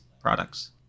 products